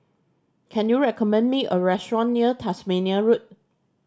can you recommend me a restaurant near Tasmania Road